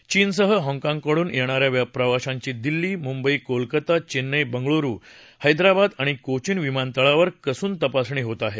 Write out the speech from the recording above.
चीनसह हाँगकाँगकडून येणाऱ्या प्रवाशांची दिल्ली मुंबई कोलकाता चेन्नई बंगळुरू हैद्राबाद आणि कोचीन विमानतळावर कसून तपासणी होत आहे